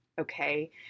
okay